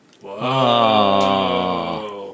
Whoa